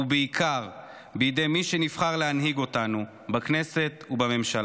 ובעיקר בידי מי שנבחר להנהיג אותנו בכנסת ובממשלה.